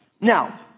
Now